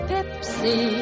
Pepsi